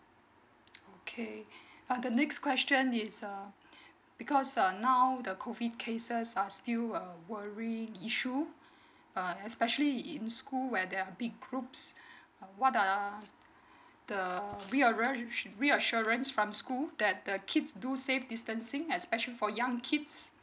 okay the next question is um because uh now the COVID cases are still a worrying issue uh especially in school where there will be groups uh what uh the reassurance from school that the kids do safe distancing especially for young kids